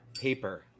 Paper